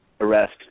arrest